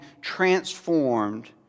transformed